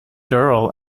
durrell